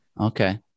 Okay